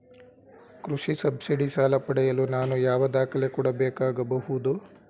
ಕೃಷಿ ಸಬ್ಸಿಡಿ ಸಾಲ ಪಡೆಯಲು ನಾನು ಯಾವ ದಾಖಲೆ ಕೊಡಬೇಕಾಗಬಹುದು?